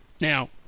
Now